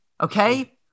Okay